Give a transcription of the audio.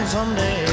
Someday